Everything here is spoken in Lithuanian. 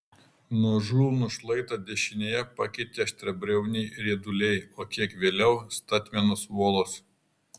nuožulnų šlaitą dešinėje pakeitė aštriabriauniai rieduliai o kiek vėliau statmenos uolos